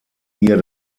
ihr